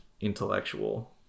intellectual